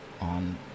on